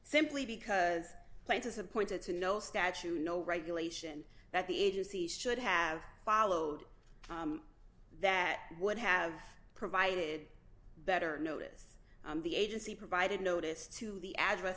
simply because plaintiffs appointed to no statute no regulation that the agency should have followed that would have provided better notice the agency provided notice to the address